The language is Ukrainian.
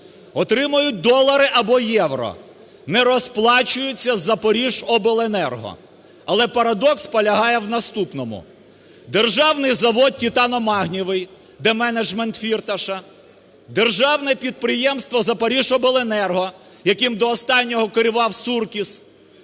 отримують долари або євро, не розплачуються з "Запоріжжяобленерго"? Але парадокс полягає в наступному. Державний завод титано-магнієвий, де менеджмент Фірташа, Державне підприємство "Запоріжжяобленерго", яким до останнього керував Суркіс,